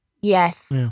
Yes